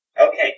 Okay